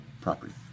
property